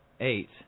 eight